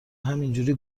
همینجوری